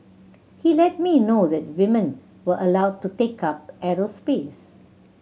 he let me know that women were allowed to take up aerospace